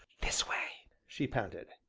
this way, she panted.